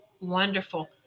Wonderful